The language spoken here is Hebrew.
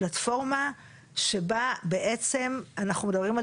פלטפורמה שבה בעצם אנחנו מדברים על